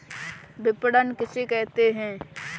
विपणन किसे कहते हैं?